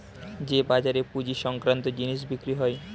যে বাজারে পুঁজি সংক্রান্ত জিনিস বিক্রি হয়